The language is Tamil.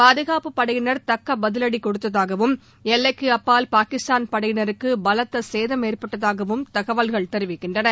பாதுகாப்பு படையினா் தக்க பதிவடி கொடுத்ததாகவும் எல்லைக்கு அப்பால் பாகிஸ்தான் படையினருக்கு பலத்த சேதம் ஏற்பட்டதாகவும் தகவல்கள் தெரிவிக்கின்றன